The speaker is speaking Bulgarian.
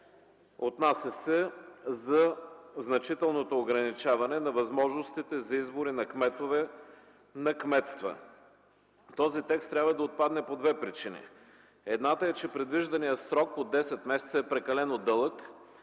Отнася се за значителното ограничаване на възможностите за избори на кметове на кметства. Този текст трябва да отпадне по две причини. Едната е, че предвижданият срок от 10 месеца е прекалено дълъг,